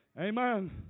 Amen